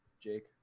Jake